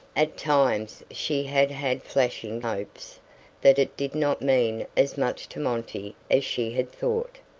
at times she had had flashing hopes that it did not mean as much to monty as she had thought.